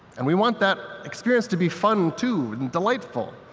and we want that experience to be fun, too, and delightful.